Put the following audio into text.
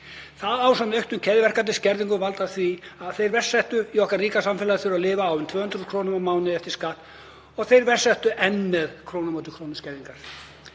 Það ásamt auknum keðjuverkandi skerðingum veldur því að þeir verst settu í okkar ríka samfélagi þurfa að lifa á um 200.000 kr. á mánuði eftir skatt og þeir verst settu eru enn með krónu á móti krónu skerðingar.